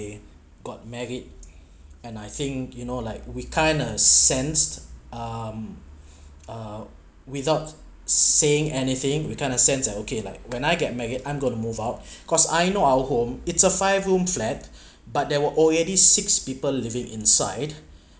they got married and I think you know like we kind uh sense um uh without saying anything we kind of sense like okay like when I get married I'm going to move out cause I know our home it's a five room flat but there were already six people living inside